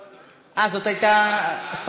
אה, זאת הייתה, ?